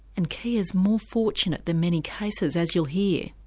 and kia's more fortunate than many cases, as you'll hear.